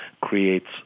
creates